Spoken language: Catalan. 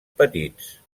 petits